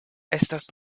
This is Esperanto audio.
estas